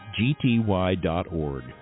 gty.org